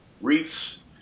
wreaths